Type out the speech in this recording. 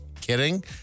kidding